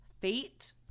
Fate